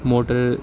motor